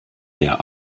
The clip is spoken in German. der